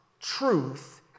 truth